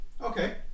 Okay